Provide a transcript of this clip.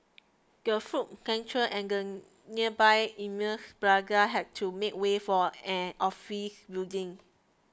the food centre and the nearby Eminent Plaza had to make way for an office building